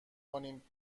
کنیم